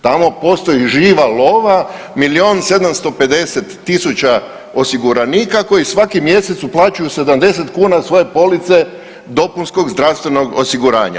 Tamo postoji živa lova, milion 750 tisuća osiguranika koji svaki mjesec uplaćuju 70 kuna svoje police dopunskog zdravstvenog osiguranja.